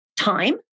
time